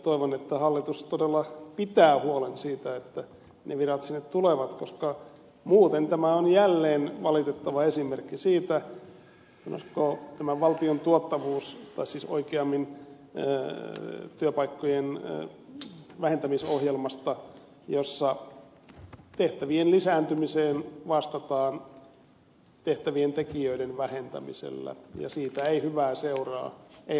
toivon että hallitus todella pitää huolen siitä että ne virat sinne tulevat koska muuten tämä on jälleen valitettava esimerkki valtion tuottavuus tai siis oikeammin työpaikkojen vähentämisohjelmasta jossa tehtävien lisääntymiseen vastataan tehtä vien tekijöiden vähentämisellä ja siitä ei hyvää seuraa ei ainakaan terveydenhuollossa